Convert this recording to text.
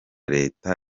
leta